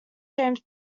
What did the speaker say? james